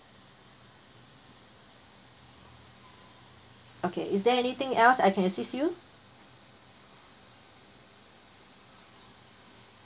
okay is there anything else I can assist you